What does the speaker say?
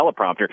teleprompter